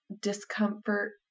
discomfort